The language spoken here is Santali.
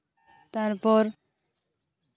ᱛᱟᱨᱯᱚᱨ